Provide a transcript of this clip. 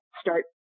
start